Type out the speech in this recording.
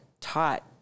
taught